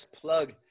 Plug